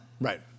Right